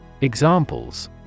Examples